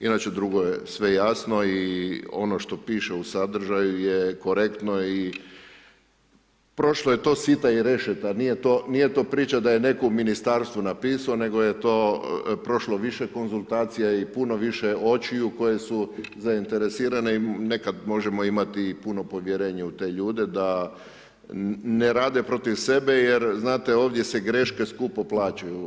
Inače, drugo je sve jasno i ono što piše u sadržaju je korektno i prošlo je to sita i rešeta, nije to priča da je netko u ministarstvu napisao, nego je to prošlo više konzultacija i puno više očiju koje su zainteresirane i nekad možemo imati i puno povjerenje u te ljude da ne rade protiv sebe, jer znate ovdje se greške skupo plaćaju.